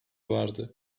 vardı